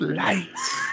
lights